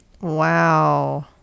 Wow